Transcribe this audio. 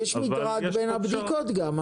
יש מדרג בין הבדיקות גם,